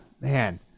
Man